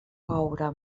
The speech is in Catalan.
coure